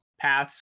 paths